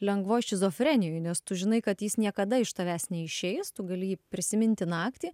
lengvoj šizofrenijoj nes tu žinai kad jis niekada iš tavęs neišeis tu gali jį prisiminti naktį